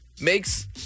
Makes